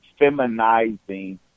feminizing